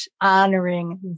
honoring